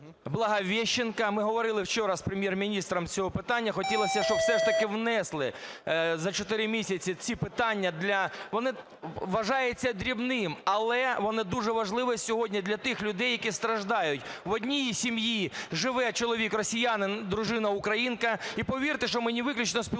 Благовіщенка, ми говорили вчора з Прем'єр-міністром з цього питання. Хотілося б, щоб все ж таки внесли за чотири місяці ці питання для… вони вважаються дрібними, але вони дуже важливі сьогодні для тих людей, які страждають. В одній сім'ї живе чоловік росіянин - дружина українка, і повірте мені, що виключно спілкуються